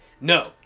No